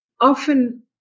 Often